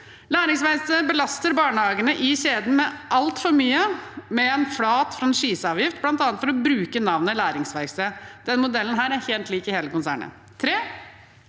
Læringsverkstedet belaster barnehagene i kjeden med altfor mye, bl.a. med en flat franchiseavgift for å bruke navnet Læringsverkstedet. Denne modellen er helt lik i hele konsernet.